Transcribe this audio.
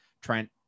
Trent